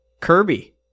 Kirby